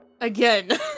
Again